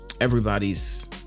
everybody's